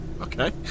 Okay